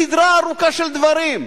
סדרה ארוכה של דברים.